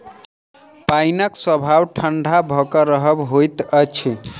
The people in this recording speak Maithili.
पाइनक स्वभाव ठंढा भ क रहब होइत अछि